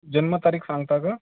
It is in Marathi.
जन्मतारीख सांगता का